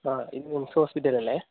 ആ ഇത് മിംസ് ഹോസ്പിറ്റൽ അല്ലേ